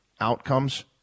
outcomes